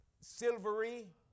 silvery